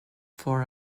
for